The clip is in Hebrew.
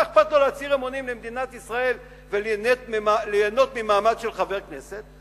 מה אכפת לו להצהיר אמונים למדינת ישראל וליהנות ממעמד של חבר כנסת?